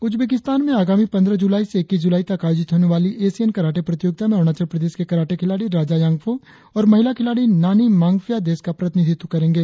Uzbekistan में आगामी पंद्रह जूलाई से इक्कीस जूलाई तक आयोजित होने वाली एशियन कराटे प्रतियोगिता में अरुणाचल प्रदेश के कराटे खिलाड़ी राजा यांफो और महिला खिलाड़ी जॉनी मांगखिया देश का प्रतिनिधित्व करेंगे